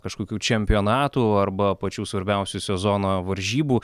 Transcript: kažkokių čempionatų arba pačių svarbiausių sezono varžybų